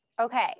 Okay